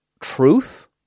truth